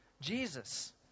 Jesus